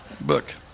book